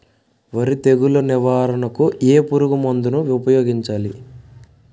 వరి తెగుల నివారణకు ఏ పురుగు మందు ను ఊపాయోగించలి?